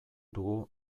dugu